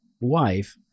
wife